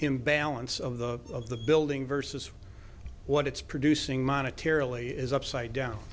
imbalance of the of the building versus what it's producing monetary allee is upside down